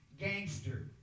Gangster